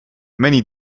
many